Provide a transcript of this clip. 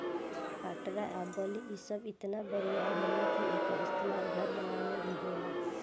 पटरा आ बल्ली इ सब इतना बरियार होला कि एकर इस्तमाल घर बनावे मे भी होला